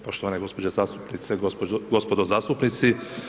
Poštovane gospođe zastupnice, gospodo zastupnici.